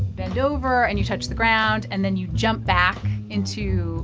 bend over, and you touch the ground. and then you jump back into